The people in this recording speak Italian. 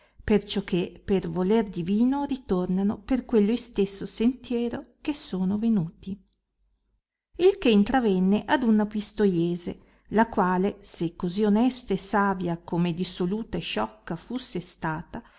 periscono perciò che per voler divino ritornano per quello istesso sentiero che sono venuti il che intravenne ad una pistoiese la quale se così onesta e savia come dissoluta e sciocca fusse stata